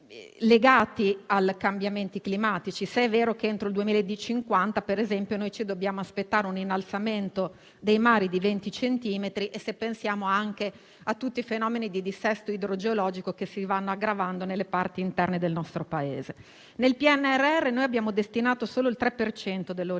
legati ai cambiamenti climatici, se è vero che entro il 2050 ci dobbiamo aspettare un innalzamento dei mari di 20 centimetri e se pensiamo anche a tutti i fenomeni di dissesto idrogeologico che si vanno aggravando nelle parti interne del nostro Paese. Nel Piano nazionale di ripresa e